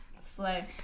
Slay